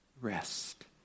rest